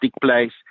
place